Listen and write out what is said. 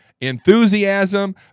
enthusiasm